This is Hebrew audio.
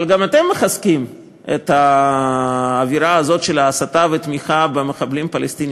אבל גם אתם מחזקים את האווירה הזאת של ההסתה והתמיכה במחבלים פלסטינים.